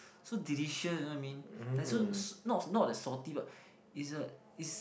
so delicious you know what I mean like so not not the salty but is a is